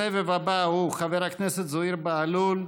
בסבב הבא, חבר הכנסת זוהיר בהלול,